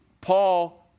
Paul